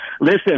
Listen